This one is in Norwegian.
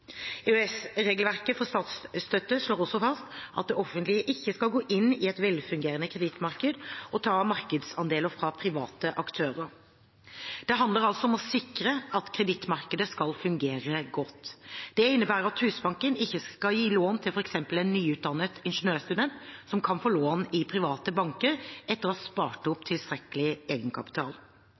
for statsstøtte slår også fast at det offentlige ikke skal gå inn i et velfungerende kredittmarked og ta markedsandeler fra private aktører. Det handler altså om å sikre at kredittmarkedet skal fungere godt. Det innebærer at Husbanken ikke skal gi lån til f.eks. en nyutdannet ingeniørstudent som kan få lån i private banker etter å ha spart opp tilstrekkelig egenkapital.